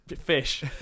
fish